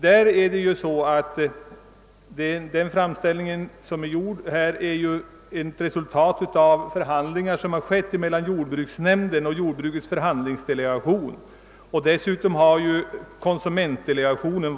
Därvidlag är det ju så att den framställning som görs är ett resultat av förhandlingar mellan jordbruksnämnden och jordbrukets förhandlingsdelegation respektive konsumentdelegationen.